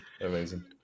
Amazing